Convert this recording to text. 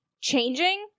changing